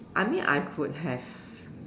I mean I could have